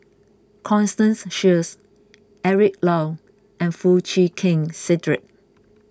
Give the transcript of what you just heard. Constance Sheares Eric Low and Foo Chee Keng Cedric